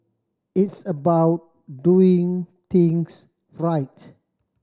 it's about doing things right